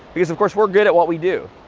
because of course, we're good at what we do,